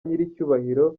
nyiricyubahiro